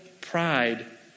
pride